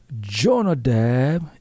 Jonadab